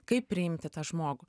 kaip priimti tą žmogų